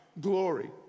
glory